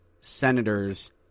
Senators